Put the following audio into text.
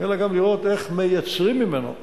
אלא גם לראות איך מייצרים ממנו מתנול,